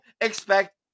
expect